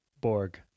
Borg